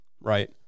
right